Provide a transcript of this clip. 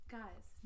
guys